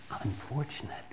unfortunate